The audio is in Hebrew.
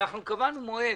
קבענו מועד.